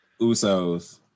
Usos